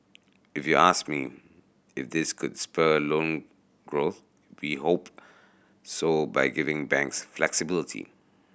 if you ask me if this could spur loan growth we hope so by giving banks flexibility